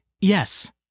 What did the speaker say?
Yes